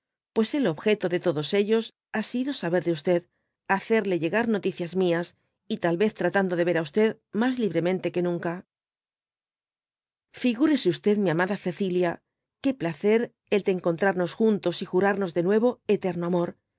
pues el objeto de todos ellos ha sido saber de td hacerle llegar noticias mias y tal vez tratando de ver á mas libremente que nunca dby google í figúrese mi amada cecilia qué placer el de encontramos juntos y piramos de nuevo eterno amor